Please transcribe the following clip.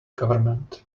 government